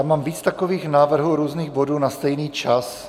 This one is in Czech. Mám víc takových návrhů různých bodů na stejný čas.